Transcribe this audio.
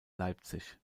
leipzig